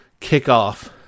kickoff